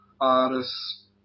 artists